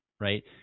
Right